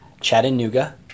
Chattanooga